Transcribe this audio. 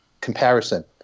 comparison